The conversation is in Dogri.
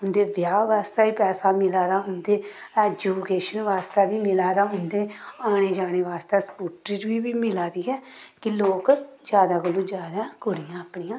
उं'दे ब्याह् बास्तै बी पैसा मिला दा उं'दे ऐजुकेशन बास्तै बी मिला दा उं'दे औने जाने बास्तै स्कूटरी बी मिला दी कि लोक जैदा कोला जैदा कुड़ियां अपनियां